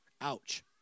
Ouch